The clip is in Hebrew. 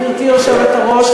גברתי היושבת-ראש,